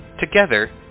Together